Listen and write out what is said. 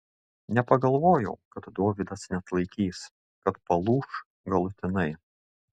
nepagalvojau kad dovydas neatlaikys kad palūš galutinai